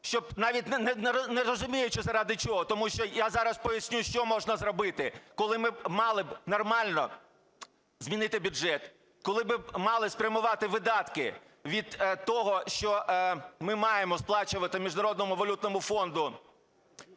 навіть не розуміючи, заради чого. Tому що я зараз поясню, що можна зробити. Коли ми б мали нормально змінити бюджет, коли ми б мали спрямувати видатки від того, що ми маємо сплачувати Міжнародному валютному фонду,